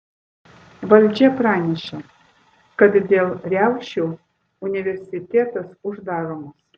valdžia pranešė kad dėl riaušių universitetas uždaromas